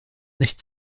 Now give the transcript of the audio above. nicht